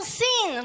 sin